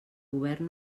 govern